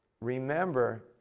remember